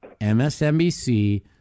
MSNBC